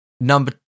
Number